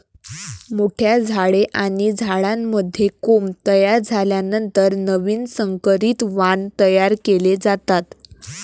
मोठ्या झाडे आणि झाडांमध्ये कोंब तयार झाल्यानंतर नवीन संकरित वाण तयार केले जातात